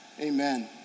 amen